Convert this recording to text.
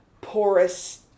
porous